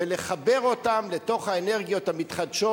ולחבר אותן לתוך האנרגיות המתחדשות.